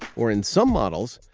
or, in some models,